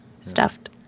stuffed